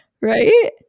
right